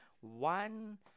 one